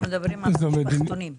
אנחנו מדברים על משפחתונים.